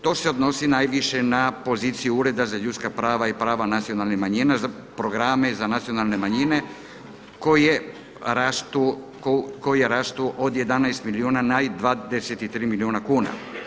To se odnosi najviše na poziciju Ureda za ljudska prava i prava nacionalnih manjina za programe, za nacionalne manjine koje rastu od 11 milijuna na 23 milijuna kuna.